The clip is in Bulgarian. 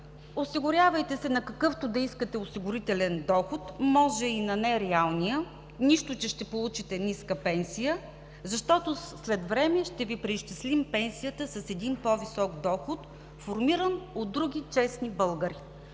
осигурявайте се на какъвто искате осигурителен доход, може и на нереалния, нищо, че ще получите ниска пенсия, защото след време ще Ви преизчислим пенсията с един по-висок доход, формиран от други честни българи.